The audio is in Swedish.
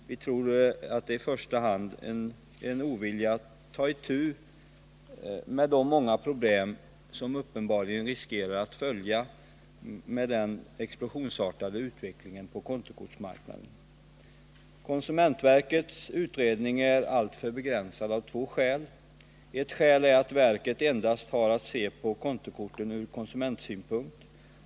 Vi tror att skälet till avstyrkandet i första hand är ovilja att ta itu med de många problem som uppenbarligen riskerar att följa med den explosionsartade utvecklingen på kontokortsmarknaden. Konsumentverkets utredning är alltför begränsad av två skäl. Ett skäl är att verket endast har att se på kontokorten ur konsumentsynpunkt.